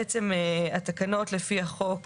בעצם התקנות לפי החוק,